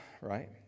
right